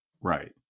Right